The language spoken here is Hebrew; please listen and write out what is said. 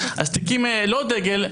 אז תיקים לא דגל,